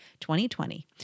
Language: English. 2020